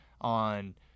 on